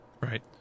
Right